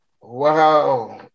Wow